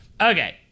Okay